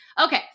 Okay